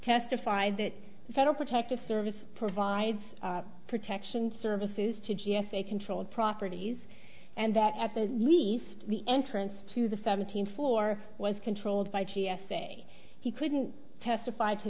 testified that the federal protective service provides protection services to g s a controlled properties and that at the least the entrance to the seventeenth floor was controlled by g s a he couldn't testify to